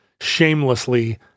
shamelessly